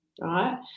right